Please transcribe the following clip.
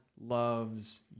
loves